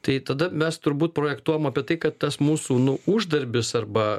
tai tada mes turbūt projektuojam apie tai kad tas mūsų nu uždarbis arba